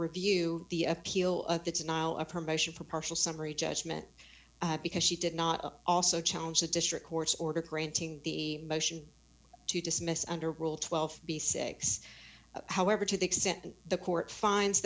review the appeal that's now a promotion for partial summary judgment because she did not also challenge the district court's order granting the motion to dismiss under rule twelve b six however to the extent the court finds